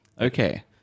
Okay